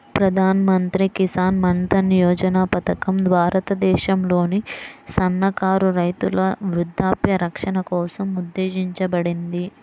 ప్రధాన్ మంత్రి కిసాన్ మన్ధన్ యోజన పథకం భారతదేశంలోని సన్నకారు రైతుల వృద్ధాప్య రక్షణ కోసం ఉద్దేశించబడింది